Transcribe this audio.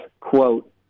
quote